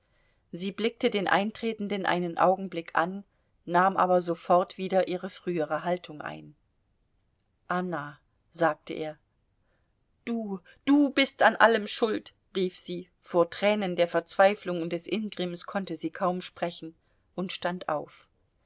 sie blickte den eintretenden einen augenblick an nahm aber sofort wieder ihre frühere haltung ein anna sagte er du du bist an allem schuld rief sie vor tränen der verzweiflung und des ingrimms konnte sie kaum sprechen und stand auf